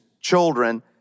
children